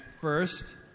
first